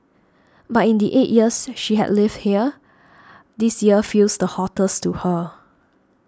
but in the eight years she had lived here this year feels the hottest to her